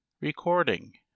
Recording